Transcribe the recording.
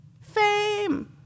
Fame